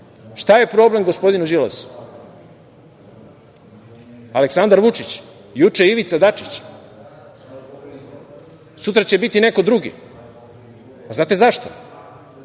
je problem gospodinu Đilasu? Aleksandar Vučić? Juče Ivica Dačić? Sutra će biti neko drugi. Znate zašto?